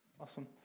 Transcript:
Awesome